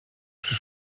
przy